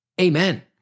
Amen